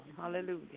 Hallelujah